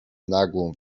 nagłą